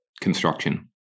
construction